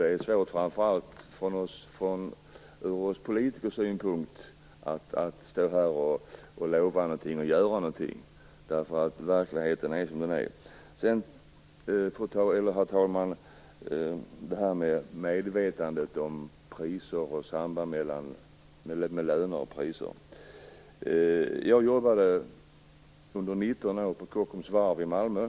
Det är svårt, framför allt från politikersynpunkt, att stå här och lova något eller säga något, just med tanke på att verkligheten är som den är. I 19 år jobbade jag på Kockums Varv i Malmö.